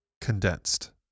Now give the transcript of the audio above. Condensed